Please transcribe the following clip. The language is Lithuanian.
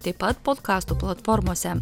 taip pat podkastų platformose